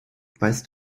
weißt